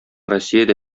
россиядә